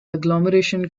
agglomeration